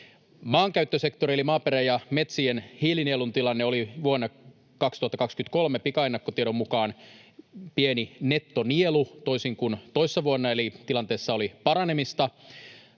Maankäyttösektorin eli maaperän ja metsien hiilinielun tilanne oli vuonna 2023 pikaennakkotiedon mukaan pieni nettonielu toisin kun toissa vuonna, eli tilanteessa oli paranemista.